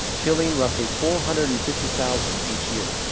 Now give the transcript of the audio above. killing roughly four hundred and fifty thousand each year.